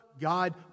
God